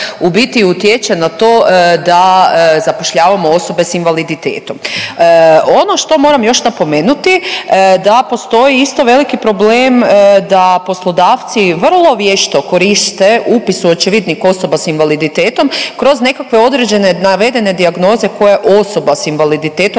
u biti utječe na to da zapošljavamo osobe s invaliditetom. Ono što moram još napomenuti da postoji isto veliki problem da poslodavci vrlo vješto koriste upis u Očevidnik osoba s invaliditetom kroz nekakve određene navedene dijagnoze koje osoba s invaliditetom